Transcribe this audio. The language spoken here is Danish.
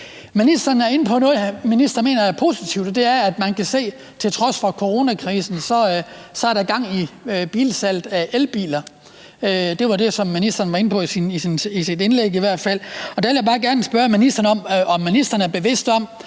Ministeren er inde på noget, som ministeren mener er positivt, og det er, at man til trods for coronakrisen kan se, at der er gang i salget af elbiler. Det var i hvert fald det, som ministeren var inde på i sit indlæg. Der vil jeg bare gerne spørge ministeren, om ministeren er bevidst om,